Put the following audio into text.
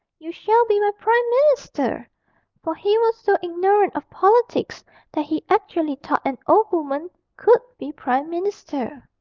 you shall be my prime minister for he was so ignorant of politics that he actually thought an old woman could be prime minister.